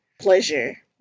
pleasure